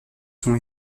sont